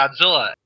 Godzilla